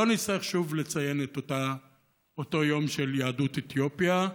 לא נצטרך שוב לציין את אותו יום של יהדות אתיופיה.